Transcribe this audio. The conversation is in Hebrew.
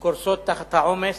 קורסות תחת העומס.